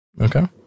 Okay